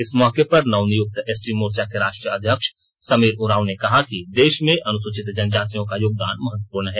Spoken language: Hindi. इस मौके पर नवनियुक्त एसटी मोर्चा के राष्ट्रीय अध्यक्ष समीर उरांव ने कहा कि देश में अनुसूचित जनजातियों का योगदान महत्वपूर्ण है